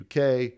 UK